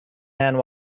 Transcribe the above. hand